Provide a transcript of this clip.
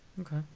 Okay